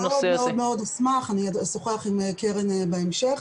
אשמח מאוד, אשוחח עם קרן בהמשך.